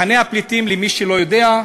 מחנה הפליטים, למי שלא יודע,